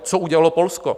Co udělalo Polsko?